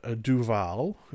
Duval